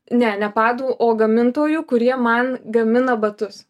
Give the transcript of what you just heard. ne ne padų o gamintojų kurie man gamina batus